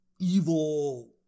evil